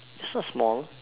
it's not small